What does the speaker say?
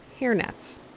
hairnets